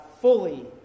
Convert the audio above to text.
fully